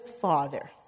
father